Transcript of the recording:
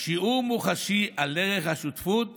שיעור מוחשי על ערך השותפות